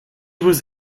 was